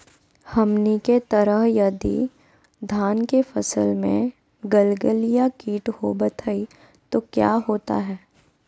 हमनी के तरह यदि धान के फसल में गलगलिया किट होबत है तो क्या होता ह?